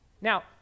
Now